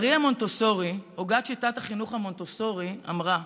מריה מונטסורי, הוגת שיטת החינוך המונטסורי, אמרה: